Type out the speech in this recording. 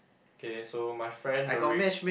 okay so my friend Merek